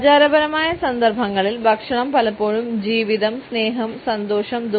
ആചാരപരമായ സന്ദർഭങ്ങളിൽ ഭക്ഷണം പലപ്പോഴും ജീവിതം സ്നേഹം സന്തോഷം ദു